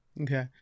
Okay